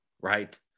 right